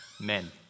men